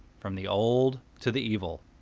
from the old to the evil.